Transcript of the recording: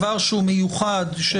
בדבר מיוחד?